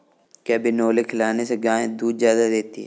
क्या बिनोले खिलाने से गाय दूध ज्यादा देती है?